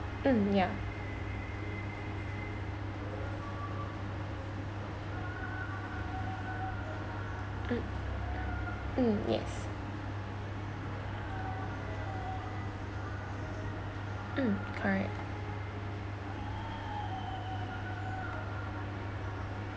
mm yeah mm mm yes mm correct